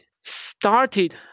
started